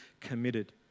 committed